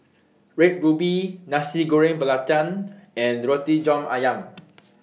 Red Ruby Nasi Goreng Belacan and Roti John Ayam